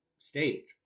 state